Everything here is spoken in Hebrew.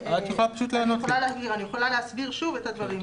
אני יכולה להסביר שוב את הדברים.